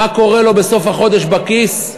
מה קורה לו בסוף החודש בכיס,